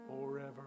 forever